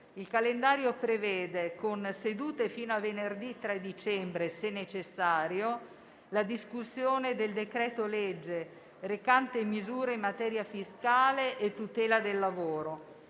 Il calendario prevede, con sedute fino a venerdì 3 dicembre, se necessario, la discussione del decreto-legge recante misure in materia fiscale e tutela del lavoro.